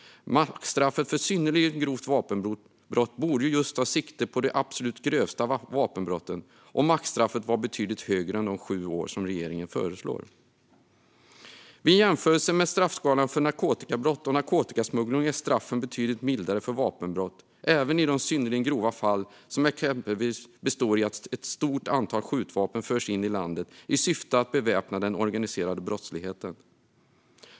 Maxstraffet för synnerligen grovt vapenbrott borde just ta sikte på de absolut grövsta vapenbrotten och maxstraffet vara betydligt högre än de 7 år som regeringen föreslår. Vid en jämförelse med straffskalan för narkotikabrott och narkotikasmuggling är straffen betydligt mildare för vapenbrott, även i de synnerligen grova fall som exempelvis består i att ett stort antal skjutvapen förs in i landet i syfte att beväpna den organiserade brottsligheten.